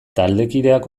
taldekideak